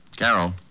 Carol